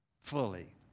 Fully